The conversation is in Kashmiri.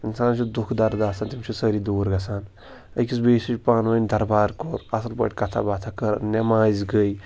اِنسانَس چھُ دُکھ درد آسان تِم چھِ سٲری دوٗر گژھان أکِس بیٚیِس سۭتۍ پانہٕ ؤنۍ دربار کوٚر اَصٕل پٲٹھۍ کَتھا باتھا کٔر نٮ۪ماز گٔے